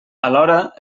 alhora